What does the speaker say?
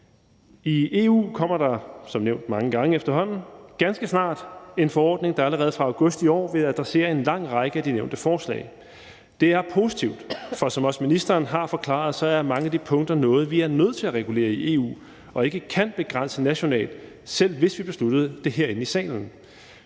I EU kommer der som nævnt mange gange efterhånden ganske snart en forordning, der allerede fra august i år vil adressere en lang række af de nævnte forslag. Det er positivt, for som også ministeren har forklaret, er mange af de punkter noget, vi er nødt til at regulere i EU og ikke kan begrænse nationalt, selv hvis vi besluttede det herinde i salen.